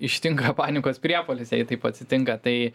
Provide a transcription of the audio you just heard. ištinka panikos priepuolis jei taip atsitinka tai